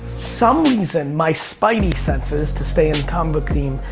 some reason my spidey senses, to stay in the comic book theme,